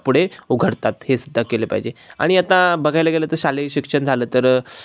पुढे उघडतात हे सुद्धा केलं पाहिजे आणि आता बघायला गेलं तर शालेय शिक्षण झालं तर